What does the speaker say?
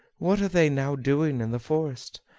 what are they now doing in the forest?